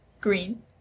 Green